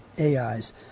AIs